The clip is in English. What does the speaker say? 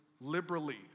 liberally